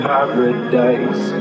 Paradise